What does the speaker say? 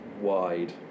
wide